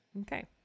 Okay